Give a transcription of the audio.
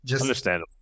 Understandable